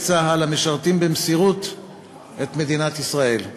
צה"ל המשרתים במסירות את מדינת ישראל.